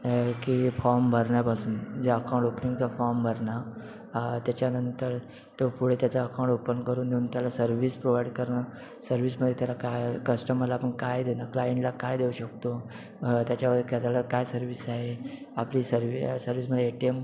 की फॉर्म भरण्यापासून ज्या अकाऊंट ओपनिंगचा फॉर्म भरणं त्याच्यानंतर तो पुढे त्याचा अकाऊंट ओपन करून देऊन त्याला सर्विस प्रोवाईड करणं सर्विसमध्ये त्याला काय कस्टमरला आपण काय देणं क्लाईंटला काय देऊ शकतो त्याच्यावर का त्याला काय सर्विस आहे आपली सर्वि सर्व्हिसमध्ये ए टी एम